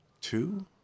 two